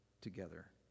together